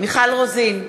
מיכל רוזין,